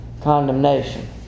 condemnation